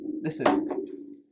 Listen